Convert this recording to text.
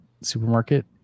supermarket